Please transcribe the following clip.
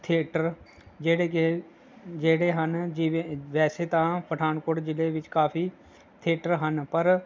theatre ਜਿਹੜੇ ਕਿ ਜਿਹੜੇ ਹਨ ਜਿਵੇਂ ਵੈਸੇ ਤਾਂ ਪਠਾਨਕੋਟ ਜ਼ਿਲ੍ਹੇ ਵਿੱਚ ਕਾਫ਼ੀ ਥੀਏਟਰ ਹਨ ਪਰ